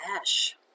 ash